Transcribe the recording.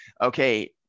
okay